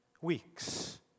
weeks